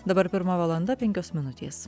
dabar pirma valanda penkios minutės